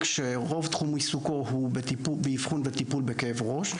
שרוב תחום עיסוקו הוא באבחון וטיפול בכאב ראש.